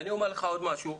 אומר לך עוד משהו,